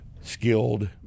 skilled